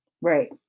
Right